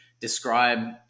describe